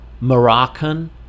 Moroccan